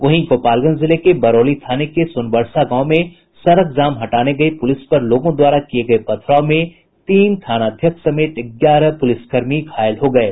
वहीं गोपालगंज जिले के बरौली थाने के सोनबरसा गांव में सड़क जाम हटाने गयी पुलिस पर लोगों द्वारा किये गये पथराव में तीन थानाध्यक्ष समेत ग्यारह पुलिसकर्मी घायल हो गये